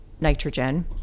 nitrogen